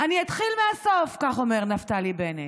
"אתחיל מהסוף", כך אומר נפתלי בנט,